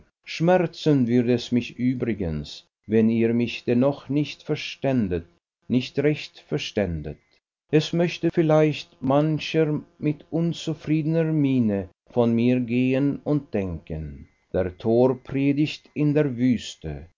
schmerzen würde es mich übrigens wenn ihr mich dennoch nicht verständet nicht recht verständet es möchte vielleicht mancher mit unzufriedener miene von mir gehen und denken der tor predigt in der wüste